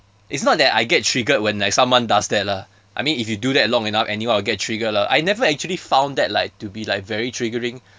it's not that I get triggered when like someone does that lah I mean if you do that long enough anyone will get triggered lah I never actually found that like to be like very triggering